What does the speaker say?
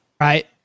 Right